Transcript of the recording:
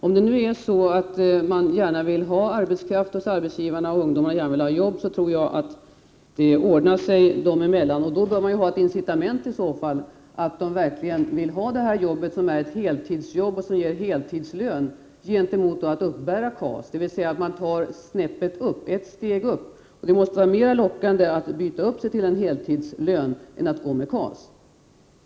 Om nu arbetsgivarna gärna vill ha arbetskraft och ungdomarna gärna vill ha jobb, då tror jag att det ordnar sig dem emellan. Men i så fall bör det finnas ett incitament som gör att ungdomarna vill ha ett heltidsjobb som ger heltidslön, gentemot att uppbära KAS, dvs. att man tar snäppet upp, ett steg uppåt. Det måste vara mera lockande att byta upp sig till en heltidslön än att gå med KAS.